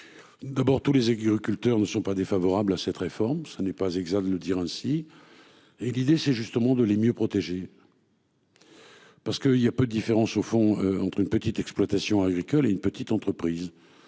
D'abord tous les agriculteurs ne sont pas défavorable à cette réforme. Ça n'est pas exempt de le dire ainsi. Et l'idée, c'est justement de les mieux protégées. Parce qu'il y a peu différence au fond entre une petite exploitation agricole, une petite entreprise.